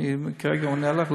אני כרגע עונה לך.